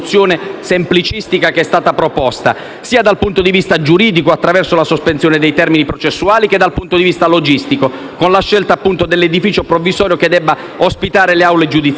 semplicistica proposta, sia dal punto di vista giuridico, attraverso la sospensione dei termini processuali, che dal punto di vista logistico, con la scelta appunto dell'edificio provvisorio che deve ospitare le aule giudiziarie.